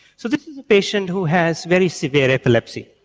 so this was a patient who has very severe epilepsy.